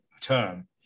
Term